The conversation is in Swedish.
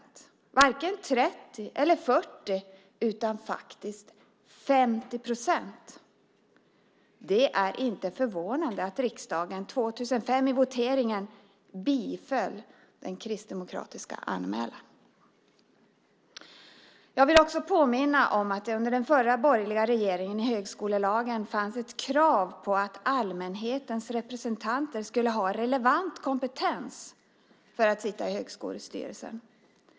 Det var varken 30 eller 40, utan faktiskt 50 procent. Det är inte förvånande att riksdagen 2005 i voteringen biföll den kristdemokratiska anmälan. Jag vill också påminna om att det under den förra borgerliga regeringen i högskolelagen fanns ett krav på att allmänhetens representanter skulle ha relevant kompetens för att sitta i högskolestyrelsen.